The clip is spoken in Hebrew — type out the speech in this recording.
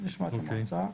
בנוסף,